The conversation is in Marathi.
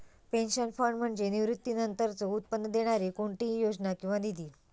पेन्शन फंड म्हणजे निवृत्तीनंतरचो उत्पन्न देणारी कोणतीही योजना किंवा निधी